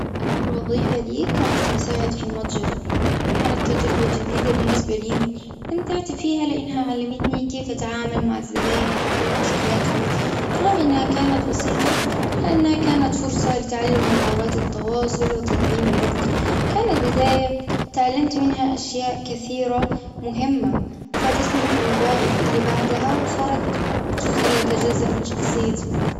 أول وظيفة لي كانت مساعد في المتجر بالنسبة لي أستمتعت فيها لأنها علمتني كيف أتعامل مع الزبائن وأحل مشكلاتهم رغم انها كانت بسيطة لأنها كانت فرصة لتعلم مهارات التواصل وتنظيم الوقت. كانت بداية تعلمت منها أشياء كثيرة مهمة فادتني في الوظائف اللي بعدها وصارت جزء لا يتجزأ من شخصيتي.